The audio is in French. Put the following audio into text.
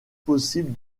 possible